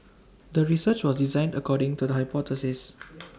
the research was designed according to the hypothesis